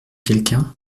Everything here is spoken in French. quelqu’un